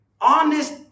Honest